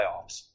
playoffs